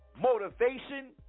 motivation